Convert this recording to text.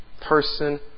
person